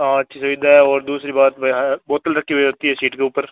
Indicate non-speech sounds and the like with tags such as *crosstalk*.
और अच्छी सुविधा हे और दूसरी बात वो है है बोतल रखी हुई हे *unintelligible* सीट के ऊपर